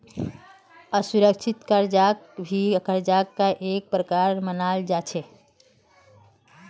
असुरिक्षित कर्जाक भी कर्जार का एक प्रकार मनाल जा छे